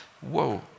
whoa